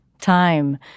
time